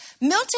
Milton